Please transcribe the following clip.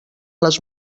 les